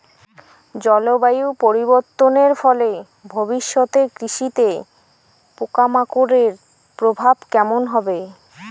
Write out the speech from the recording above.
জলবায়ু পরিবর্তনের ফলে ভবিষ্যতে কৃষিতে পোকামাকড়ের প্রভাব কেমন হবে?